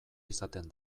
izaten